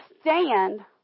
stand